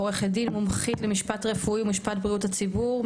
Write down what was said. עו"ד מומחית למשפט רפואי ומשפט בריאות הציבור,